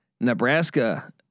Nebraska